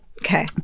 okay